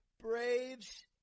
Braves